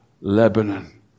Lebanon